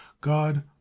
god